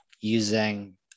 using